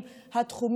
בית המשפט בחן,